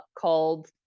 called